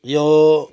यो